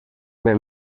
ben